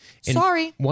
sorry